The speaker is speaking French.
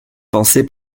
pensée